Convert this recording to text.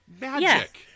Magic